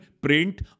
print